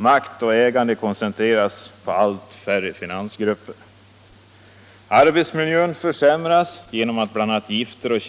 Makt och ägande koncentreras till allt färre finansgrupper. Arbetsmiljön försämras genom bl.a. gifter och